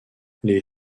les